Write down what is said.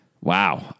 Wow